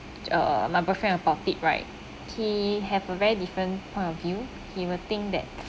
uh my boyfriend about it right he have a very different point of view he will think that